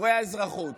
בשיעורי האזרחות